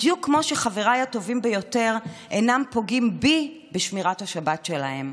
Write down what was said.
בדיוק כמו שחבריי הטובים ביותר אינם פוגעים בי בשמירת השבת שלהם.